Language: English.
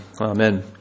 Amen